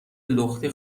لختی